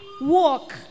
walk